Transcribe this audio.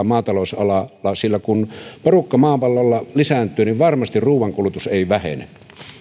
maatalousalalla sillä kun porukka maapallolla lisääntyy niin varmasti ruuankulutus ei vähene